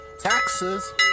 Taxes